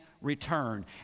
return